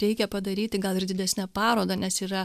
reikia padaryti gal ir didesnę parodą nes yra